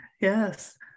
yes